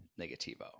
Negativo